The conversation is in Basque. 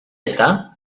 ezta